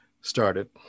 started